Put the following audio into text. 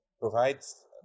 provides